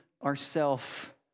Ourself